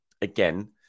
again